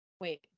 Wait